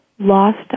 Lost